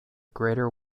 greater